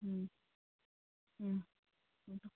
ꯎꯝ ꯎꯝ ꯊꯝꯃꯣ ꯊꯝꯃꯣ